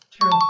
true